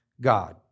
God